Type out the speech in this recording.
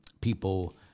People